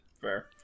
fair